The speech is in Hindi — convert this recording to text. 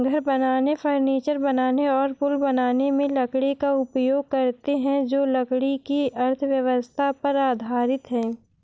घर बनाने, फर्नीचर बनाने और पुल बनाने में लकड़ी का उपयोग करते हैं जो लकड़ी की अर्थव्यवस्था पर आधारित है